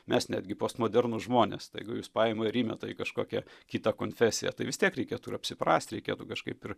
mes netgi postmodernūs žmonės staiga jus paima ir įmeta į kažkokią kitą konfesiją tai vis tiek reikėtų ir apsiprast reikėtų kažkaip ir